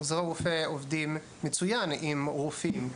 עוזרי רופא עובדים מצוין עם רופאים.